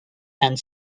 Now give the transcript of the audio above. and